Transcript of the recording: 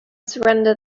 surrender